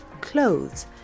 clothes